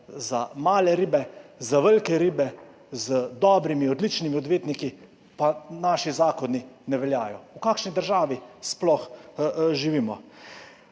za male ribe, za velike ribe z dobrimi, odličnimi odvetniki pa naši zakoni ne veljajo. V kakšni državi sploh živimo?